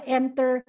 enter